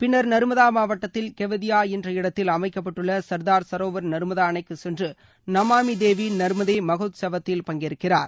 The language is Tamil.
பின்னர் நர்மதா மாவட்டத்தில் கேவாடியா என்ற இடத்தில் அமைக்கப்பட்டுள்ள சர்தார் சரோவர் நர்மதா அணைக்கு சென்று நமாமி தேவி நர்மதே மகோச்சவத்தில் பங்கேற்கிறார்